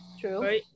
True